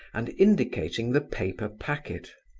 and indicating the paper packet.